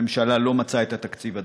הממשלה לא מצאה את התקציב הדרוש.